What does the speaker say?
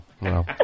no